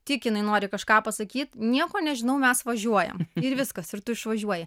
tik jinai nori kažką pasakyt nieko nežinau mes važiuojam ir viskas ir tu išvažiuoji